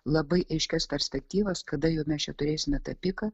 labai aiškias perspektyvas kada jau mes čia turėsime tą piką